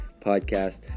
podcast